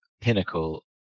pinnacle